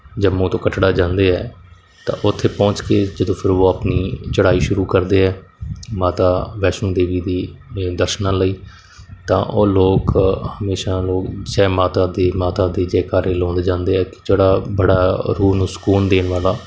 ਜੰਮੂ ਤੋਂ ਕਟੜਾ ਜਾਂਦੇ ਹੈ ਤਾਂ ਉੱਥੇ ਪਹੁੰਚ ਕੇ ਜਦੋਂ ਫਿਰ ਉਹ ਆਪਣੀ ਚੜ੍ਹਾਈ ਸ਼ੁਰੂ ਕਰਦੇ ਹੈ ਮਾਤਾ ਵੈਸ਼ਣੋ ਦੇਵੀ ਦੇ ਦਰਸ਼ਨਾ ਲਈ ਤਾਂ ਉਹ ਲੋਕ ਹਮੇਸ਼ਾ ਲੋਕ ਜੈ ਮਾਤਾ ਦੀ ਮਾਤਾ ਦੀ ਜੈਕਾਰੇ ਲਾਉਂਦੇ ਜਾਂਦੇ ਆ ਜਿਹੜਾ ਬੜਾ ਰੂਹ ਨੂੰ ਸਕੂਨ ਦੇਣ ਵਾਲਾ